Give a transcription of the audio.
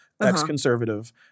ex-conservative